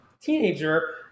teenager